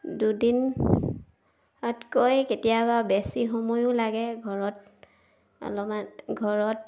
দুদিনতকৈ কেতিয়াবা বেছি সময়ো লাগে ঘৰত অলপমান ঘৰত